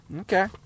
Okay